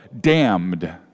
damned